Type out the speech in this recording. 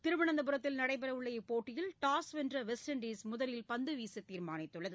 திருவனந்தபுரத்தில் நடைபெறவுள்ள இப்போட்டியில் டாஸ் வென்ற வெஸ்ட் இண்டஸ் முதலில் பந்துவீச தீர்மானித்துள்ளது